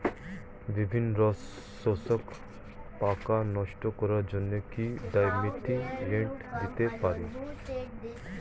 বিভিন্ন রস শোষক পোকা নষ্ট করার জন্য কি ডাইমিথোয়েট দিতে পারি?